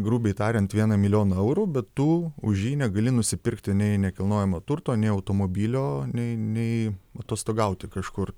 grubiai tariant vieną milijoną eurų bet tu už jį negali nusipirkti nei nekilnojamo turto nei automobilio nei nei atostogauti kažkur